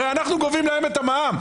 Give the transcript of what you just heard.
הרי אנחנו גובים להם את המע"מ.